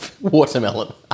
Watermelon